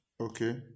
Okay